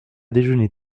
déjeuner